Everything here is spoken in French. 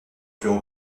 plus